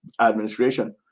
administration